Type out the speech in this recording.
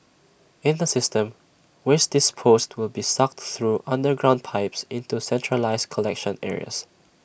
in the system waste disposed will be sucked through underground pipes into centralised collection areas